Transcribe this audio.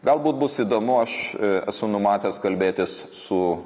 galbūt bus įdomu aš esu numatęs kalbėtis su